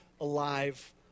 alive